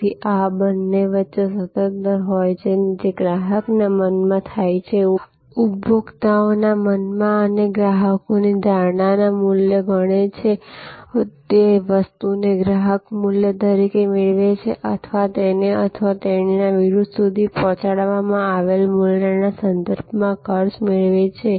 તેથી આ બંને વચ્ચે સતત દર હોય છે જે ગ્રાહકોના મનમાં થાય છે ઉપભોક્તાઓના મનમાં અને ગ્રાહકોની ધારણાને મૂલ્યવાન ગણે છે તે વસ્તુને ગ્રાહક આ મૂલ્ય તરીકે મેળવે છે અથવા તેને અથવા તેણીના વિરુધ્ધ સુધી પહોંચાડવામાં આવેલ મૂલ્યના સંપાદનનો ખર્ચ મેળવે છે